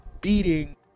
beating